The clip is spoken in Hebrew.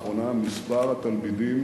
בשנה האחרונה מספר התלמידים